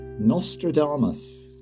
Nostradamus